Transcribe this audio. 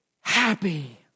happy